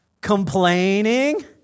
complaining